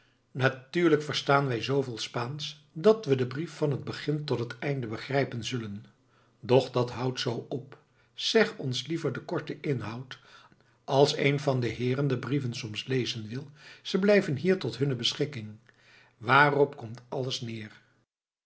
natuurlijk verstaan wij wel zooveel spaansch dat we den brief van het begin tot het einde begrijpen zullen doch dat houdt zoo op zeg ons liever den korten inhoud als een van de heeren de brieven soms lezen wil ze blijven hier tot hunne beschikking waarop komt alles neer